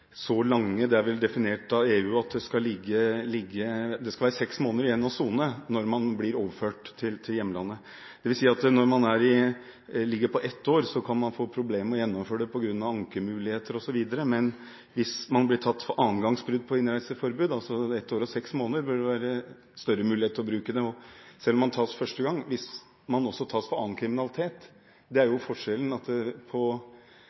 man blir overført til hjemlandet. Det vil si at når straffene ligger på ett år, kan man få problemer med å gjennomføre soningsoverføring på grunn av ankemuligheter osv. Hvis man blir tatt for annengangs brudd på innreiseforbud og får ett år og seks måneder, burde det være større muligheter til å bruke det – også om man tas for første gang, hvis man i tillegg tas for annen kriminalitet. Forskjellen på det ene eller andre bruddet på